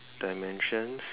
dimensions